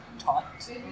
taught